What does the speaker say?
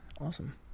awesome